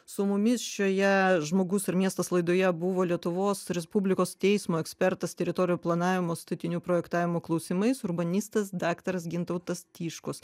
su mumis šioje žmogus ir miestas laidoje buvo lietuvos respublikos teismo ekspertas teritorijų planavimo statinių projektavimo klausimais urbanistas daktaras gintautas tiškus